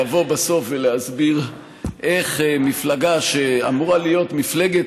לבוא בסוף ולהסביר איך מפלגה שאמורה להיות מפלגת